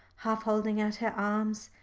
half holding out her arms.